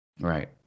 Right